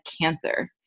cancer